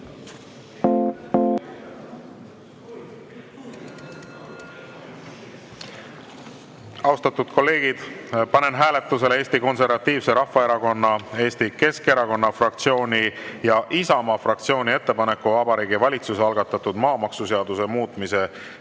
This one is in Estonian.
Austatud kolleegid, panen hääletusele Eesti Konservatiivse Rahvaerakonna, Eesti Keskerakonna fraktsiooni ja Isamaa fraktsiooni ettepaneku Vabariigi Valitsuse algatatud maamaksuseaduse muutmise